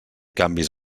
canvis